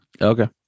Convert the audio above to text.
Okay